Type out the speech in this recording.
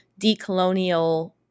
decolonial